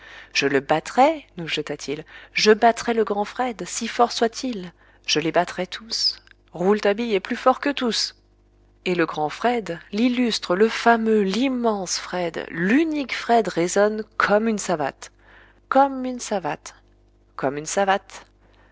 je le battrai nous jeta-t-il je battrai le grand fred si fort soit-il je les battrai tous rouletabille est plus fort qu'eux tous et le grand fred l'illustre le fameux l'immense fred l'unique fred raisonne comme une savate comme une savate comme une savate